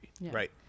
Right